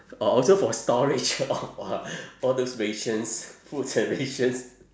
or also for storage all those rations foods and rations